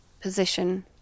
position